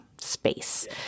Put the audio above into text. space